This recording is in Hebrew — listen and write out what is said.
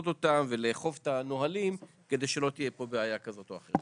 אותם ולאכוף את הנהלים כדי שלא תהיה פה בעיה כזאת או אחרת.